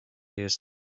jest